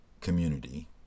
community